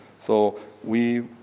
so we